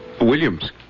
Williams